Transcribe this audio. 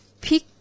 pick